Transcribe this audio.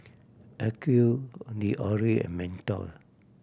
Acuvue L'Oreal and Mentos